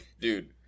Dude